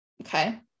Okay